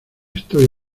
estoy